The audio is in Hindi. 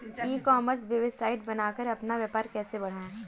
ई कॉमर्स वेबसाइट बनाकर अपना व्यापार कैसे बढ़ाएँ?